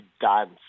dance